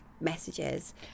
messages